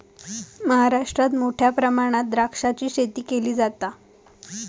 महाराष्ट्रात मोठ्या प्रमाणात द्राक्षाची शेती केली जाता